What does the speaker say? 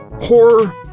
horror